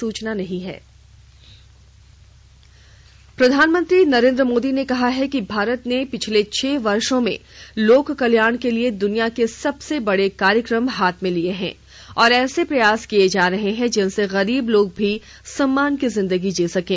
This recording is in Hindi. प्रधानमंत्री कोरोना प्रधानमंत्री नरेन्द्र मोदी ने कहा है कि भारत ने पिछले छह वर्षों में लोक कल्याण के लिए दृनिया के सबसे बड़े कार्यक्रम हाथ में लिए हैं और ऐसे प्रयास किए जा रहे हैं जिन से गरीब लोग भी सम्मान की जिन्दगी जी सकें